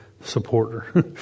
supporter